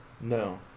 No